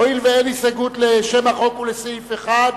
הואיל ואין הסתייגות לשם החוק ולסעיף 1,